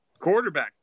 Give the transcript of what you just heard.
quarterbacks